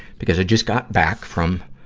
because i just got back from,